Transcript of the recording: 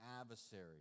adversary